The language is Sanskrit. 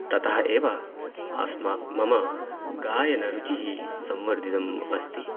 ततः एव अस्म मम गायनरुचिः संवर्धितम् अस्ति